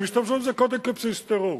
הם השתמשו בזה קודם כבסיס טרור,